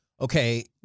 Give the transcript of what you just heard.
Okay